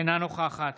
אינה נוכחת